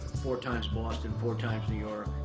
four times boston, four times new york.